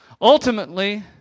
Ultimately